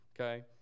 okay